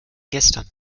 gestern